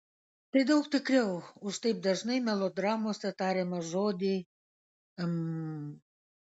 tai daug tikriau už taip dažnai melodramose tariamą žodį m